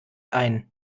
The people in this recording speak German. ein